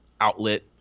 outlet